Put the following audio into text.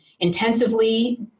intensively